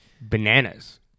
bananas